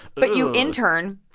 but you intern.